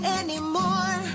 anymore